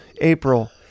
April